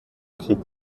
krieg